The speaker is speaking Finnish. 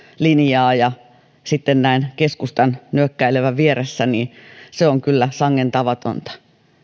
linjaa ja sitten näen keskustan nyökkäilevän vieressä on kyllä sangen tavatonta